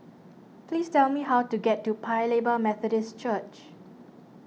please tell me how to get to Paya Lebar Methodist Church